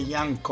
Young